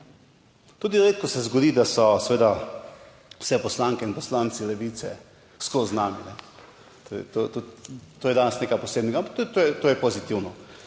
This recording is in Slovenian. Tudi redko se zgodi, da so seveda vsi poslanke in poslanci Levice skozi z nami, to je tudi, to je danes nekaj posebnega, ampak to je pozitivno.